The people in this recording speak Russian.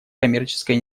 коммерческой